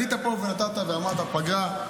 עלית פה ונתת ואמרת "פגרה",